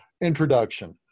introduction